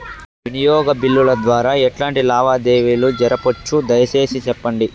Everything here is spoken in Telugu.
వినియోగ బిల్లుల ద్వారా ఎట్లాంటి లావాదేవీలు జరపొచ్చు, దయసేసి సెప్పండి?